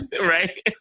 right